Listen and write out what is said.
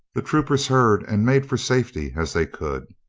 the troopers heard and made for safety as they could.